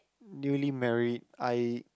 newly married I